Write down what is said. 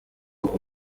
uko